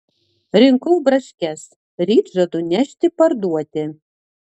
rinkau braškes ryt žadu nešti parduoti